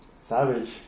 Savage